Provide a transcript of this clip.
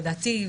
לדעתי,